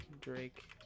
Drake